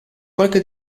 qualche